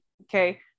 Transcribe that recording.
okay